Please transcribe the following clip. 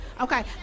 Okay